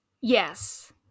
yes